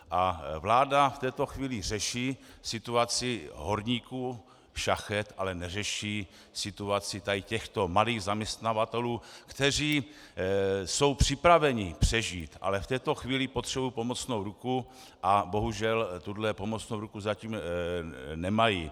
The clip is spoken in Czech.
A vláda v této chvíli řeší situaci horníků, šachet, ale neřeší situaci tady těchto malých zaměstnavatelů, kteří jsou připraveni přežít, ale v této chvíli potřebují pomocnou ruku a bohužel tuhle pomocnou ruku zatím nemají.